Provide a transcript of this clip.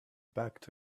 backed